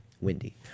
windy